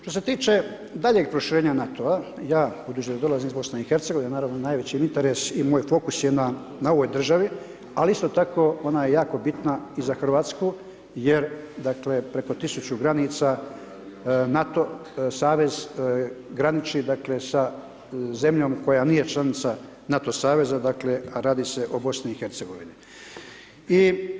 Što se tiče daljeg proširenja NATO-a, ja budući da dolazim iz BiH-a, naravno najveći interes i moj fokus je na ovoj državi ali isto tako ona je jako bitna i za Hrvatsku jer dakle preko 1000 granica NATO savez graniči dakle sa zemljom koja nije članica NATO saveza dakle a radi se o BiH-u.